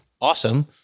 awesome